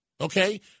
okay